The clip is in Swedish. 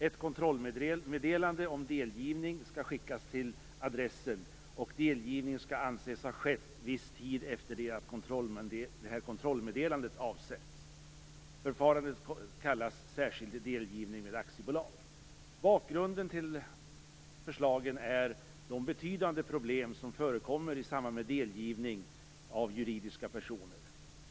Ett kontrollmeddelande om delgivning skall skickas till adressen, och delgivning skall anses ha skett en viss tid efter det att det här kontrollmeddelandet har avsänts. Förfarandet kallas särskild delgivning med aktiebolag. Bakgrunden till förslagen är de betydande problem som förekommer i samband med delgivning av juridiska personer.